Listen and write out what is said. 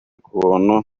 kuntu